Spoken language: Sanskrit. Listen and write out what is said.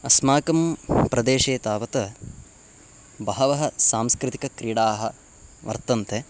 अस्माकं प्रदेशे तावत् बहवः सांस्कृतिकक्रीडाः वर्तन्ते